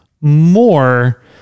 more